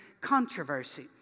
controversy